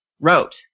wrote